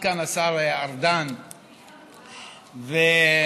הרשות הארצית לכבות, רת"א,